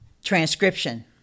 Transcription